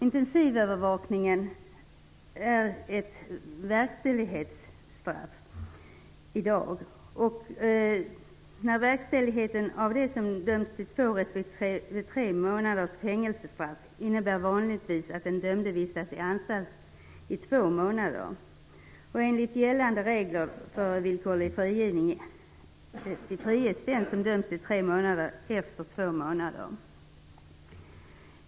Intensivövervakningen är i dag ett verkställighetsstraff, och verkställigheten av ett två månaders respektive tre månaders fängelsestraff innebär vanligtvis att den dömde vistas i anstalt två månader. Enligt gällande regler för villkorlig frigivning friges den som dömts till tre månader efter två månader.